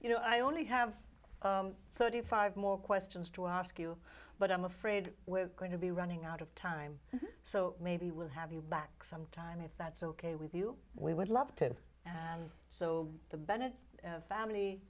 you know i only have thirty five more questions to ask you but i'm afraid we're going to be running out of time so maybe we'll have you back some time if that's ok with you we would love to and so the bennett family